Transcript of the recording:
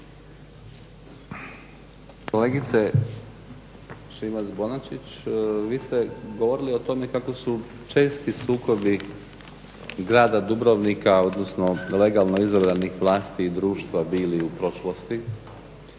Kolegice Šimac Bonačić vi ste govorili o tome kako su česti sukobi grada Dubrovnika odnosno legalno izabranih vlasti i društva bili u prošlosti